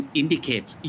indicates